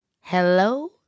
Hello